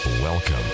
Welcome